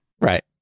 Right